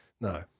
No